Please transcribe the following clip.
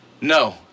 No